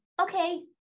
okay